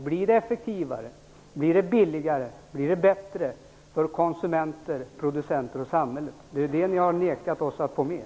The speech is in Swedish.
Blir det effektivare, blir det billigare, blir det bättre för konsumenter, producenter och samhälle? Det är det ni har nekat oss att få med.